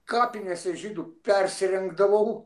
kapinėse žydų persirengdavau